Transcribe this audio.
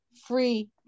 free